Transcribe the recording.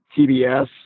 TBS